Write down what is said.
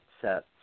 set